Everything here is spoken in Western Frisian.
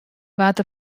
waard